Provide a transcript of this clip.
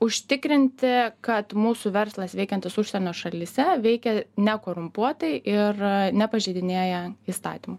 užtikrinti kad mūsų verslas veikiantis užsienio šalyse veikia nekorumpuotai ir nepažeidinėja įstatymų